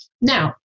Now